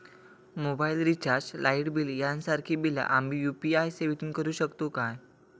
Mobile recharge, light bill यांसारखी बिला आम्ही यू.पी.आय सेवेतून करू शकतू काय?